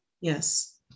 Yes